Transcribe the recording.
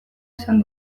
esan